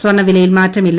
സ്വർണവിലയിൽ മാറ്റമില്ല